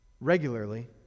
regularly